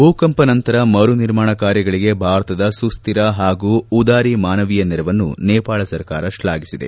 ಭೂಕಂಪ ನಂತರ ಮರು ನಿರ್ಮಾಣ ಕಾರ್ಯಗಳಿಗೆ ಭಾರತದ ಸುಸ್ತಿರ ಹಾಗೂ ಉದಾರ ಮಾನವೀಯ ನೆರವನ್ನು ನೇಪಾಳ ಸರ್ಕಾರ ಶ್ಲಾಘಿಸಿದೆ